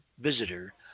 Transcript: visitor